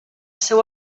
seu